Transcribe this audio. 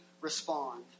respond